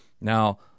Now